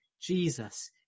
Jesus